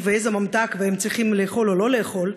ואיזה ממתק הם צריכים לאכול או לא לאכול,